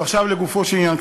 ועכשיו לגופו של עניין.